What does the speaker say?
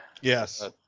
Yes